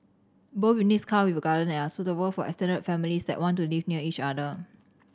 both units come with a garden and are suitable for extended families that want to live near each other